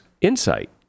insight